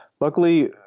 Luckily